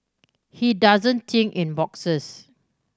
he doesn't think in boxes